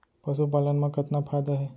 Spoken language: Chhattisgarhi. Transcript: पशुपालन मा कतना फायदा हे?